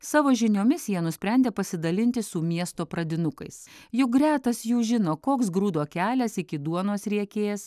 savo žiniomis jie nusprendė pasidalinti su miesto pradinukais jug retas jų žino koks grūdo kelias iki duonos riekės